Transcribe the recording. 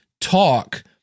talk